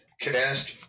cast